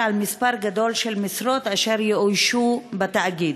על מספר גדול של משרות אשר יאוישו בתאגיד,